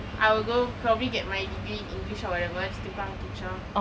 I will go probably get my degree in english or whatever just to become a teacher